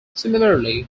similarly